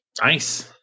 Nice